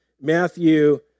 Matthew